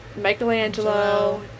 Michelangelo